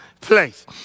place